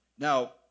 Now